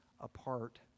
apart